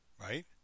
right